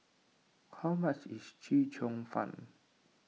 how much is Chee Cheong Fun